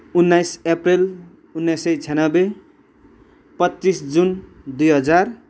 उन्नाइस एप्रिल उन्नाइस सय छयान्नब्बे पच्चिस जुन दुई हजार